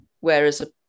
Whereas